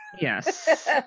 Yes